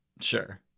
Sure